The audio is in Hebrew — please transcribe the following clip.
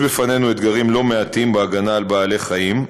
יש בפנינו אתגרים לא מעטים בהגנה על בעלי-החיים,